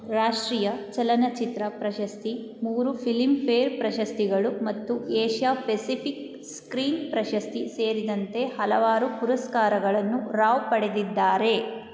ರಾಷ್ಟ್ರೀಯ ಚಲನಚಿತ್ರ ಪ್ರಶಸ್ತಿ ಮೂರು ಫಿಲಿಮ್ಫೇರ್ ಪ್ರಶಸ್ತಿಗಳು ಮತ್ತು ಏಷ್ಯಾ ಪೆಸಿಫಿಕ್ ಸ್ಕ್ರೀನ್ ಪ್ರಶಸ್ತಿ ಸೇರಿದಂತೆ ಹಲವಾರು ಪುರಸ್ಕಾರಗಳನ್ನು ರಾವ್ ಪಡೆದಿದ್ದಾರೆ